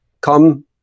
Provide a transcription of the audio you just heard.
come